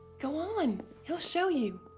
go on, he'll show you.